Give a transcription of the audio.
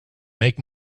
make